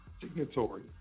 signatory